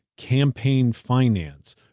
campaign finance,